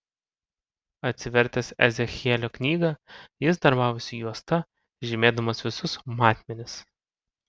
atsivertęs ezechielio knygą jis darbavosi juosta žymėdamas visus matmenis